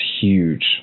huge